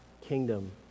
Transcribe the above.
kingdom